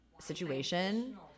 situation